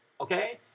Okay